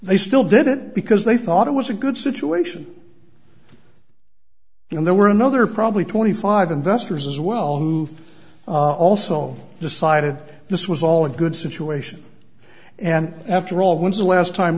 they still did it because they thought it was a good situation and there were another probably twenty five investors as well who also decided this was all a good situation and after all when's the last time